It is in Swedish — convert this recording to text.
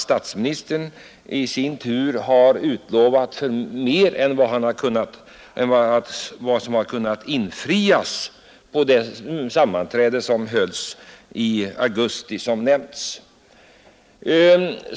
Statsministern har på det omnämnda sammanträdet som hölls i augusti utlovat mer än vad som kunnat infrias.